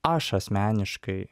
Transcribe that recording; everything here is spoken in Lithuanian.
aš asmeniškai